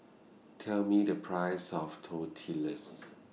Tell Me The Price of Tortillas